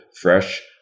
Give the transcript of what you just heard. fresh